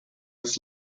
des